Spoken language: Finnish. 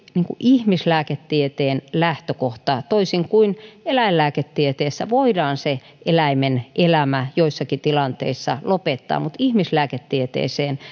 ihmislääketieteen lähtökohta toisin kuin eläinlääketieteessä siinä voidaan se eläimen elämä joissakin tilanteissa lopettaa mutta ihmislääketieteeseen